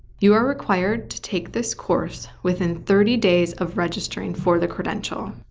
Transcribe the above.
you are required to take this course within thirty days of registering for the credential.